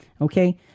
Okay